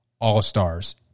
all-stars